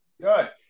Good